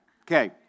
Okay